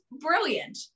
brilliant